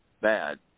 bad